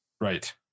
right